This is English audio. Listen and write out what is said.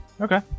Okay